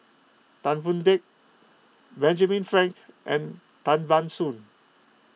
Tan Boon Teik Benjamin Frank and Tan Ban Soon